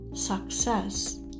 Success